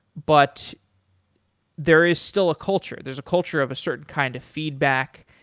but there is still a culture. there is a culture of a certain kind of feedback,